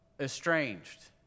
Estranged